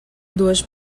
duas